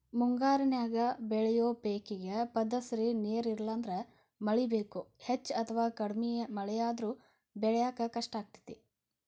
ಮುಂಗಾರ್ಯಾಗ ಬೆಳಿಯೋ ಪೇಕೇಗೆ ಹದಸಿರಿ ನೇರ ಇಲ್ಲಂದ್ರ ಮಳಿ ಬೇಕು, ಹೆಚ್ಚ ಅಥವಾ ಕಡಿಮೆ ಮಳೆಯಾದ್ರೂ ಬೆಳ್ಯಾಕ ಕಷ್ಟಾಗ್ತೇತಿ